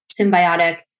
symbiotic